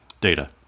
Data